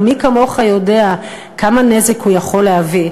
ומי כמוך יודע כמה נזק הוא יכול להביא,